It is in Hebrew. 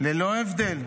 ללא הבדל,